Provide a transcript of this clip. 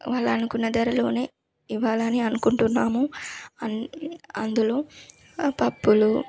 వాళ్ళు అనుకున్న ధరలోనే ఇవ్వాలని అనుకుంటున్నాము అం అందులో పప్పులు